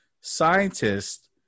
scientists